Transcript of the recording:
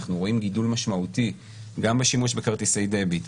אנחנו רואים גידול משמעותי גם בשימוש בכרטיסי Debit,